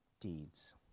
deeds